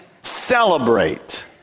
celebrate